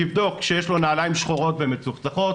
תבדוק שיש לו נעליים שחורות ומצוחצחות,